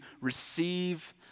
receive